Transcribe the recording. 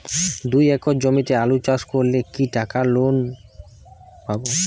দুই একর জমিতে আলু চাষ করলে কি টাকা লোন পাবো?